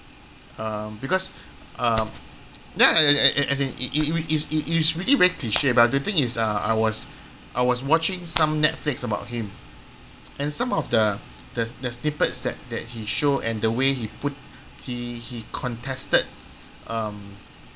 uh because uh then I I I as in it it it it is it is really cliche but the thing is uh I was I was watching some netflix about him and some of the the the snippets that that he show and the way he put he he contested um